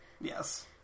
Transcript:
Yes